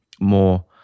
more